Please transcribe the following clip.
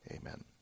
Amen